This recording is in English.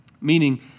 meaning